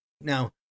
Now